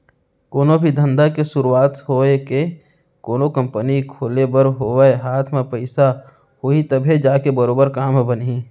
कोनो भी धंधा के सुरूवात होवय के कोनो कंपनी खोले बर होवय हाथ म पइसा होही तभे जाके बरोबर काम ह बनही